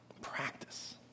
Practice